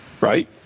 right